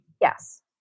yes